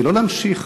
ולא להמשיך